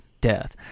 death